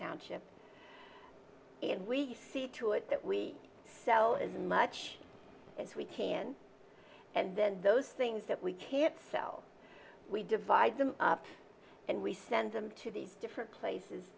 township in we see to it that we sell as much as we can and then those things that we can't sell we divide them up and we send them to these different places